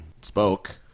spoke